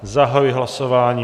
Zahajuji hlasování.